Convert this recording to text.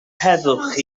heddwch